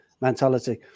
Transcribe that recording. mentality